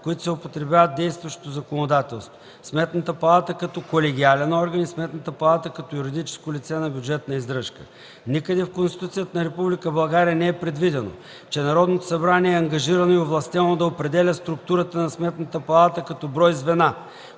които се употребяват в действащото законодателство – Сметната палата като колегиален орган и Сметната палата като юридическо лице на бюджетна издръжка. Никъде в Конституцията на Република България не е предвидено, че Народното събрание е ангажирано и овластено да определя структурата на Сметната палата като брой звена,